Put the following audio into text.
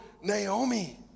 Naomi